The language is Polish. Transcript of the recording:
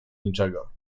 niczego